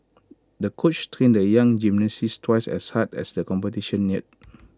the coach trained the young gymnast twice as hard as the competition neared